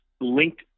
linked